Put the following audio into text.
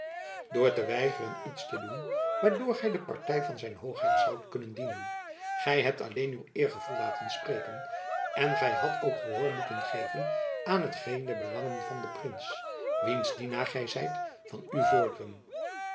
door te weigeren iets te doen waardoor gy de party van zijn hoogheid zoudt kunnen dienen gy hebt alleen uw eergevoel laten spreken en gy hadt ook gehoor moeten geven aan hetgeen de belangen van den prins wiens dienaar gy zijt van u